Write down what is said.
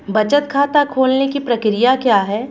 बचत खाता खोलने की प्रक्रिया क्या है?